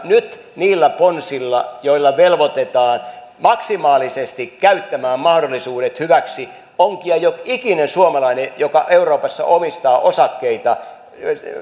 nyt niillä ponsilla velvoitetaan maksimaalisesti käyttämään mahdollisuudet hyväksi onkimaan jokikinen suomalainen joka euroopassa omistaa osakkeita